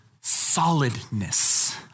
solidness